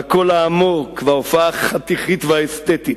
לקול העמוק וההופעה החתיכית והאסתטית,